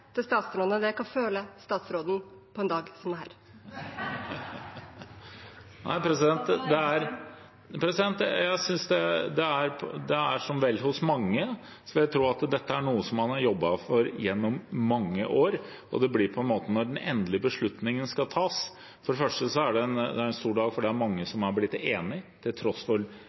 synes statsråden hadde et godt historisk og veldig saklig framlegg, men jeg har et sportsspørsmål til statsråden: Hva føler statsråden på en dag som denne? Det er vel som hos mange, for dette er noe man har jobbet for gjennom mange år, og når den endelige beslutningen skal tas, så er det for det første en stor dag fordi det er mange som er blitt enige, til tross for